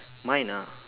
mine ah